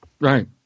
Right